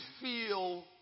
feel